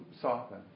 soften